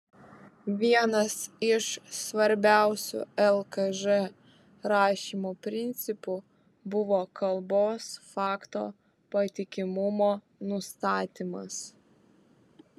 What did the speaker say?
vienas iš svarbiausių lkž rašymo principų buvo kalbos fakto patikimumo nustatymas